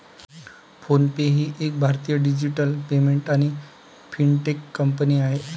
phone पे ही एक भारतीय डिजिटल पेमेंट आणि फिनटेक कंपनी आहे